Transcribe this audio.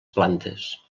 plantes